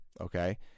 okay